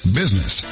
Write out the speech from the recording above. business